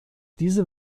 diese